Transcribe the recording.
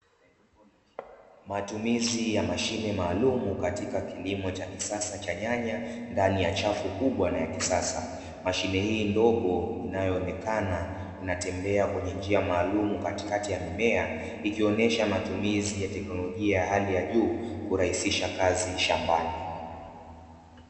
Matumizi ya mashine maalumu katika kilimo cha kisasa cha nyanya ndani ya chafu kubwa na ya kisasa, mashine hii ndogo inayoonekana inatembea kwenye njia maalumu katikati ya mimea, ikionesha matumizi na teknolojia ya hali ya juu kurahisisha kazi shambani.